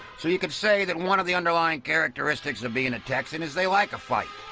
so you could say that one of the underlying characteristics of being a texan is they like a fight.